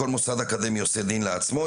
כל מוסד אקדמי עושה דין לעצמו,